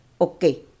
Okay